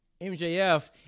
MJF